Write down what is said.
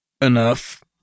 enough